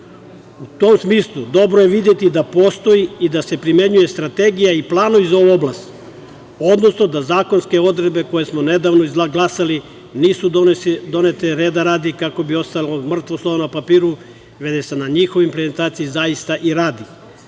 U tom smislu dobro je videti da postoji i da se primenjuje strategija i planovi za ovu oblast, odnosno da zakonske odredbe koje smo nedavno izglasali nisu donete reda radi, kako bi ostalo mrtvo slovo na papiru, već se na njihovoj prezentaciji zaista i radi,